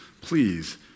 Please